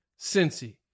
Cincy